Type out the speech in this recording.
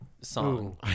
song